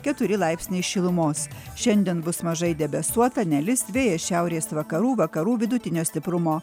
keturi laipsniai šilumos šiandien bus mažai debesuota nelis vėjas šiaurės vakarų vakarų vidutinio stiprumo